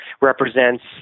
represents